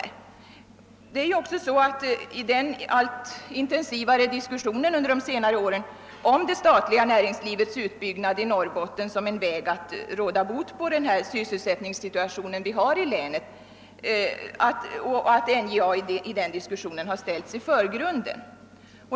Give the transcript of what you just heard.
I den under senare år allt intensivare diskussionen om det statliga näringslivets utbyggnad i Norrbotten som en väg att råda bot på sysselsättningssvårigheterna i länet har NJA ställts i förgrunden.